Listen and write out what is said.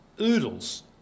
oodles